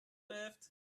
left